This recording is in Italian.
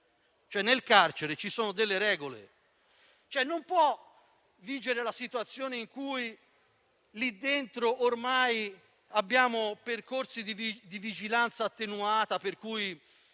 nel carcere ci sono delle regole, non può vigere la situazione in cui lì dentro ormai abbiamo percorsi di vigilanza attenuata, per cui